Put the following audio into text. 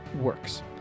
works